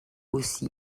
aussi